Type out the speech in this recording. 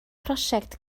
prosiect